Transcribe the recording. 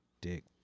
Dick